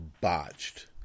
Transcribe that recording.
botched